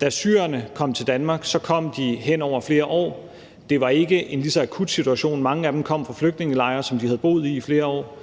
Da syrerne kom til Danmark, kom de hen over flere år, det var ikke en lige så akut situation, mange af dem kom fra flygtningelejre, som de havde boet i i flere år,